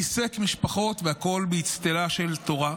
ריסק משפחות והכול באצטלה של תורה.